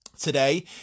Today